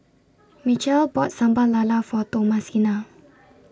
Mitchell bought Sambal Lala For Thomasina